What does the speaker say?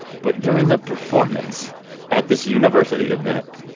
but during the performance at this university event,